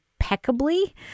impeccably